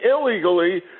illegally